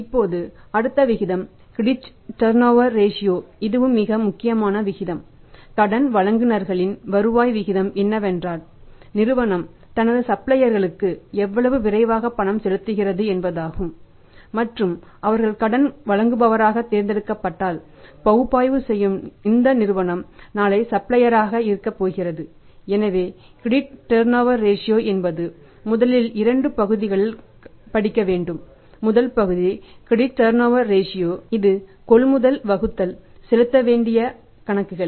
இப்போது அடுத்த விகிதம் கிரெடிட் டர்நோவர ரேஷியோ இது கொள்முதல் வகுத்தல் செலுத்த வேண்டிய கணக்குகள்